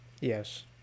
yes